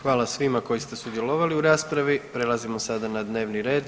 Hvala svima koji ste sudjelovali u raspravi, prelazimo sada na dnevni red.